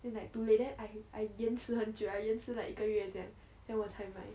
then like too late then I I 延迟很久 I 延迟 like 一个月这样 then 我才买